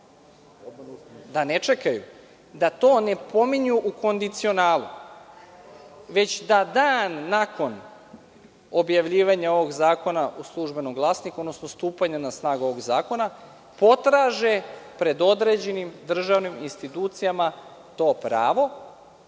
da ne čekaju, da to ne pominju u kondicionalu, već da dan nakon objavljivanja ovog zakona u „Službenom glasniku“, odnosno stupanja na snagu ovog zakona, potraže pred određenim državnim institucijama to pravo